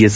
S